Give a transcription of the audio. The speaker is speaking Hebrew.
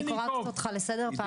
אני קוראת אותך לסדר פעם ראשונה.